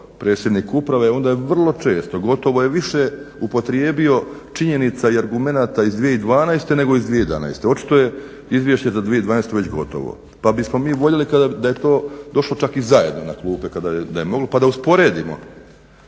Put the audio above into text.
predsjednik uprave onda je vrlo često, gotovo je više upotrijebio činjenica i argumenata iz 2012. nego iz 2011. Očito je izvješće za 2012. već gotovo. Pa bismo mi voljeli da je to došlo čak i zajedno na klupe da je moglo,